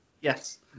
Yes